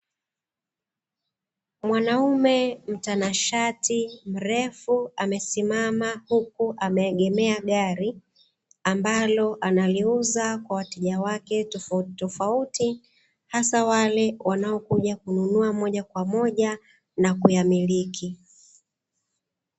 Mwanaume mtanashati mrefu amesimama huku ameegemea gari ambalo analiuza kwa wateja wake tofautitofauti, hasa wale wanaokuja kununua moja kwa moja na kuyamiliki.